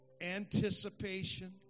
anticipation